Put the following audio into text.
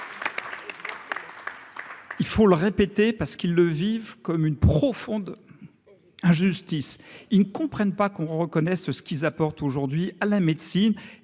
Il faut le répéter, parce qu'ils le vivent comme une profonde injustice, ils ne comprennent pas qu'on reconnaisse ce qu'ils apportent aujourd'hui à la médecine